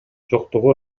жоктугу